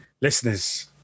Listeners